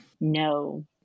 No